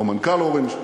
או מנכ"ל "אורנג'",